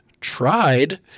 tried